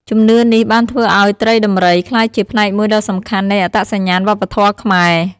ជំនឿនេះបានធ្វើឱ្យត្រីដំរីក្លាយជាផ្នែកមួយដ៏សំខាន់នៃអត្តសញ្ញាណវប្បធម៌ខ្មែរ។